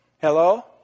Hello